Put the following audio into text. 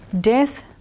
Death